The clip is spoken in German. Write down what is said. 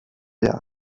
der